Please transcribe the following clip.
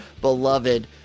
beloved